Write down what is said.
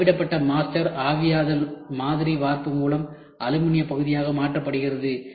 அளவிடப்பட்ட மாஸ்டர் ஆவியாதல் மாதிரி வார்ப்பு மூலம் அலுமினிய பகுதியாக மாற்றப்பட்டது